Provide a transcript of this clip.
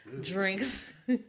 drinks